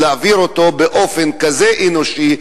ולהעביר אותו באופן אנושי,